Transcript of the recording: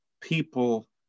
people